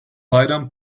bayram